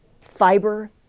fiber